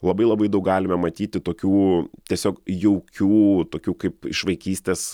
labai labai daug galime matyti tokių tiesiog jaukių tokių kaip iš vaikystės